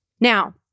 Now